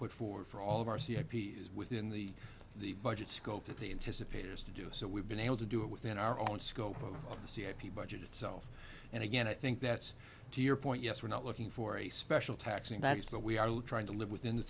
put forward for all of our c h p is within the the budget scope that they anticipate is to do so we've been able to do it within our own scope of the c h p budget itself and again i think that's to your point yes we're not looking for a special taxing bads that we are trying to live within the